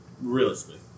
Realistically